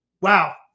wow